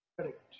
Correct